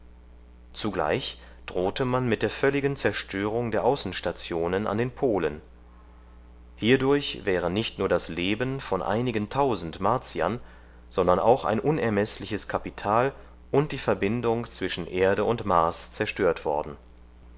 zugleich drohte man mit der völligen zerstörung der außenstationen an den polen hierdurch wäre nicht nur das leben von einigen tausend martiern sondern auch ein unermeßliches kapital und die verbindung zwischen erde und mars zerstört worden